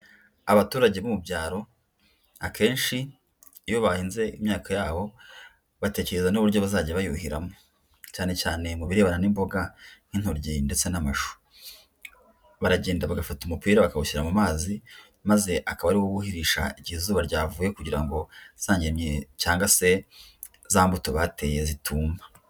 Abaturage bo mu byaro akenshi iyo bahinze imyaka yabo batekereza n'uburyo bazajya bayuhiramo cyane cyane mu birebana n'imboga n'intoryi, baragenda bagafata umupira, bakawushyira mu maze maze akaba ari wo buhirisha igihe izuba ryavuye kugira ngo za ngemwe cyangwa se za mbuto bateye zitumba.